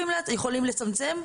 יכולים לצמצם.